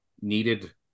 needed